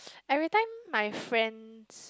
every time my friend